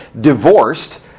divorced